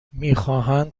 میخواهند